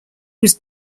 was